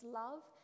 love